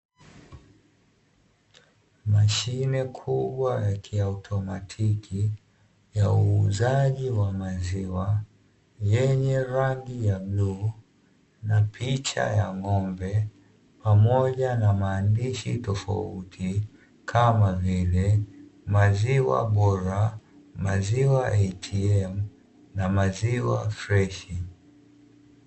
Mashine kubwa ya kiautomatiki ya uuzaji wa maziwa yenye rangi ya bluu na picha ya ng’ombe pamoja na maandishi tofauti kama vile maziwa bora, maziwa ATM na maziwa freshi.